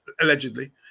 allegedly